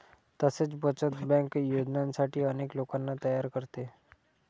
तसेच बचत बँक योजनांसाठी अनेक लोकांना तयार करते